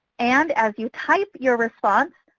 and as you type your response,